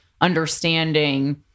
understanding